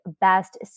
best